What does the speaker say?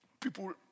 people